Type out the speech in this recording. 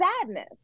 sadness